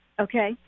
okay